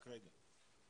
רק רגע,